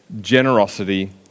generosity